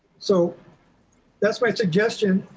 so that's my suggestion.